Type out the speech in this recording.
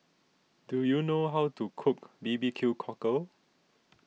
do you know how to cook B B Q Cockle